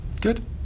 Good